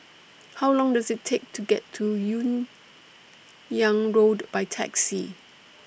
How Long Does IT Take to get to Hun Yeang Road By Taxi